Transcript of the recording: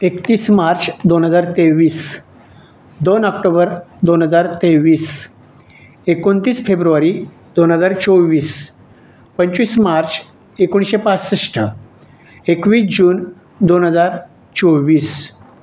एकतीस मार्च दोन हजार तेवीस दोन आक्टोबर दोन हजार तेवीस एकोणतीस फेब्रुवारी दोन हजार चोवीस पंचवीस मार्च एकोणीसशे पासष्ट एकवीस जून दोन हजार चोवीस